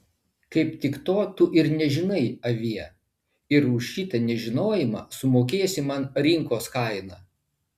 kaip tik to tu ir nežinai avie ir už šitą nežinojimą sumokėsi man rinkos kainą